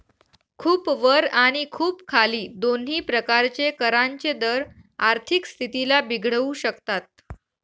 खूप वर आणि खूप खाली दोन्ही प्रकारचे करांचे दर आर्थिक स्थितीला बिघडवू शकतात